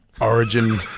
Origin